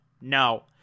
no